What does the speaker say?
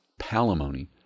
palimony